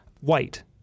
white